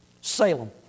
Salem